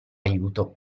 aiuto